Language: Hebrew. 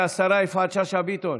השרה שאשא ביטון.